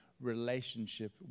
relationship